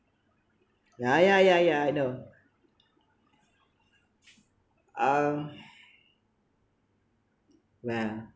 yeah yeah yeah yeah I know um well